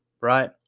right